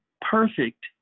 perfect